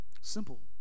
Simple